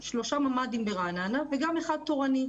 ממ"דים ברעננה וגם אחד תורני,